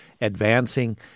advancing